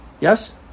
Yes